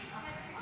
להלן תוצאות